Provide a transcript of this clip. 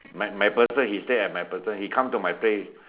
mac~ Macpherson he stay at Macpherson he come to my place